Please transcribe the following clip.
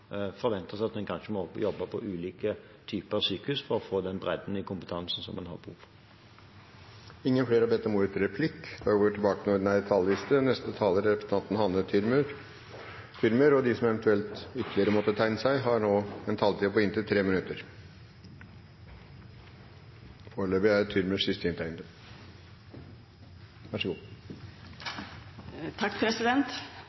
forventes at en kanskje må jobbe på ulike typer sykehus for å få den bredden i kompetanse som en har behov for. Replikkordskiftet er over. De talere som heretter får ordet, har en taletid på inntil 3 minutter. Som overlege på et lite lokalsykehus er